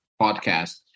podcast